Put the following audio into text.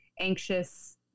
anxious